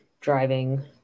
driving